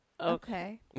okay